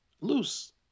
loose